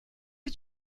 que